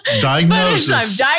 Diagnosis